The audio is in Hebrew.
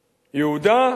יהודה,